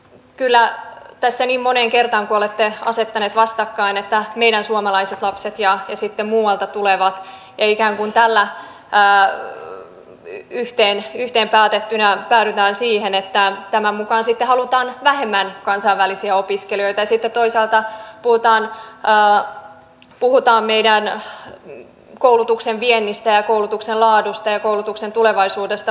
kyllä tässä niin moneen kertaan kun olette asettaneet vastakkain meidän suomalaiset lapset ja sitten muualta tulevat ja ikään kuin tällä yhteen päätettynä päädytään siihen että sitten halutaan vähemmän kansainvälisiä opiskelijoita ja sitten toisaalta puhutaan meidän koulutuksen viennistä ja koulutuksen laadusta ja koulutuksen tulevaisuudesta